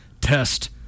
test